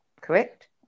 Correct